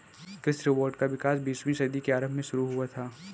कृषि रोबोट का विकास बीसवीं सदी के आरंभ में शुरू हुआ था